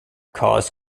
caused